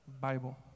Bible